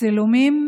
הצילומים